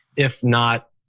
if not,